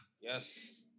Yes